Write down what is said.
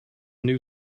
new